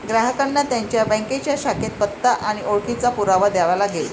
ग्राहकांना त्यांच्या बँकेच्या शाखेत पत्ता आणि ओळखीचा पुरावा द्यावा लागेल